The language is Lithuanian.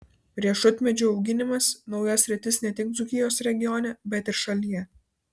riešutmedžių auginimas nauja sritis ne tik dzūkijos regione bet ir šalyje